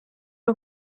una